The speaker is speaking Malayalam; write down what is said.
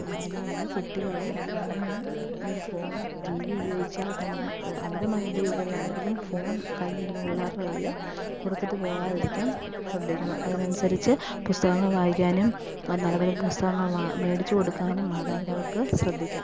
അതുകൊണ്ട് കുട്ടികളെ ഫോൺ ഫോൺ ടി വി ഉപയോഗിച്ചാൽ തന്നെ അമിതമായി ഉപയോഗിക്കരുത് എന്തെങ്കിലും ഫോൺ കയ്യിന്നുള്ള പിള്ളേരുടെ കയ്യിൽ കൊടുത്തിട്ട് പോവാതിരിക്കാൻ ശ്രദ്ധിക്കണം അതിനനുസരിച്ച് പുസ്തകങ്ങൾ വായിക്കാനും അത് നല്ലപോലെ പുസ്തകങ്ങൾ മേടിച്ചു കൊടുക്കാനും മാതാപിതാക്കൾ ശ്രദ്ധിക്കുക